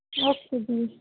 okay ਜੀ